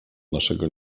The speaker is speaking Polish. naszego